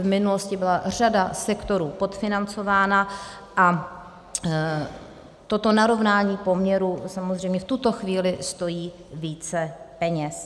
V minulosti byla řada sektorů podfinancována a toto narovnání poměrů samozřejmě v tuto chvíli stojí více peněz.